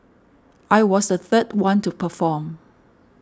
I was the third one to perform